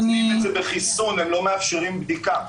חיסון ללא חלופת בדיקה.